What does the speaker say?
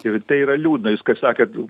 ir tai yra liūdna jūs sakėt